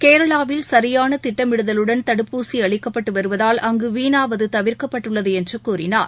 கேரளாவில் சரியானதிட்டமிடுதலுடன் தடுப்பூசிஅளிக்கப்பட்டுவருவதால் அங்குவீணாவதுதவிர்க்கப்பட்டுள்ளதுஎன்றுகூறினார்